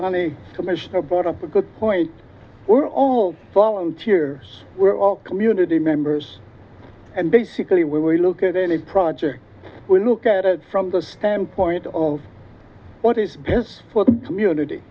on a commissioner brought up a good point we're all volunteers we're all community members and basically when we look at any project we look at it from the standpoint of what is best for the community